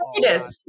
Yes